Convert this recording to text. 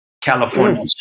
California